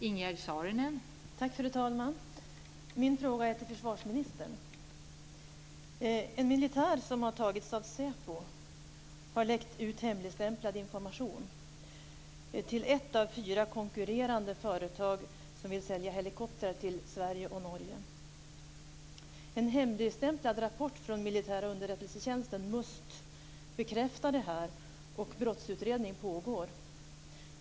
Fru talman! Min fråga är till försvarsministern. En militär som har tagits av Säpo har läckt ut hemligstämplad information till ett av fyra konkurrerande företag som vill sälja helikoptrar till Sverige och Norge. En hemligstämplad rapport från den militära underrättelsetjänsten, MUST, bekräftar detta, och brottsutredning pågår.